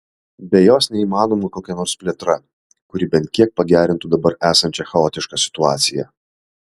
be jos neįmanoma kokia nors plėtra kuri bent kiek pagerintų dabar esančią chaotišką situaciją